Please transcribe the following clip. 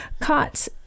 cots